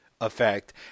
effect